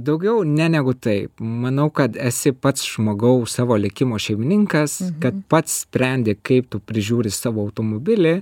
daugiau ne negu taip manau kad esi pats žmogau savo likimo šeimininkas kad pats sprendi kaip tu prižiūri savo automobilį